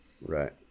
right